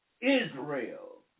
Israel